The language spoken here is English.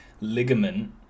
ligament